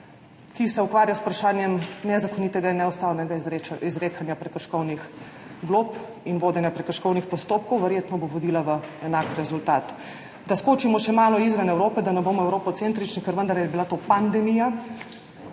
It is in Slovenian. ki se ukvarja z vprašanjem nezakonitega in neustavnega izrekanja prekrškovnih glob in vodenja prekrškovnih postopkov, verjetno bo vodilo v enak rezultat. Da skočimo še malo izven Evrope, da ne bomo evropocentrični, ker je bila to vendarle